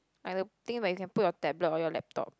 like the thing where you can put your tablet or your laptop